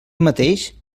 mateix